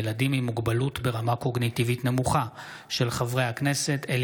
של חברי הכנסת אליהו